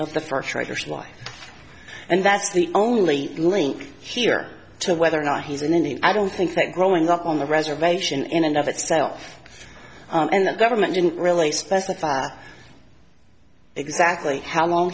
of the first writers why and that's the only link here to whether or not he's an indian i don't think that growing up on the reservation in and of itself and the government didn't really specify exactly how long